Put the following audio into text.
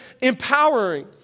empowering